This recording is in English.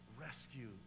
rescue